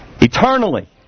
eternally